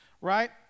right